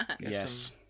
Yes